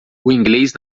inglês